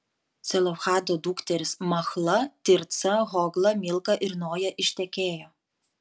celofhado dukterys machla tirca hogla milka ir noja ištekėjo